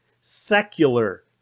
secular